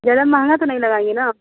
ज़्यादा महँगा तो नहीं लगाएँगी ना